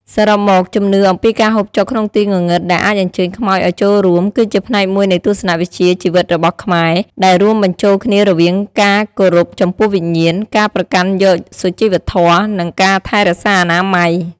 សរុបមក ជំនឿអំពីការហូបចុកក្នុងទីងងឹតដែលអាចអញ្ជើញខ្មោចឲ្យចូលរួម គឺជាផ្នែកមួយនៃទស្សនៈវិជ្ជាជីវិតរបស់ខ្មែរ ដែលរួមបញ្ចូលគ្នារវាងការគោរពចំពោះវិញ្ញាណ ការប្រកាន់យកសុជីវធម៌ និងការថែរក្សាអនាម័យ ។